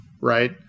Right